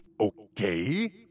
Okay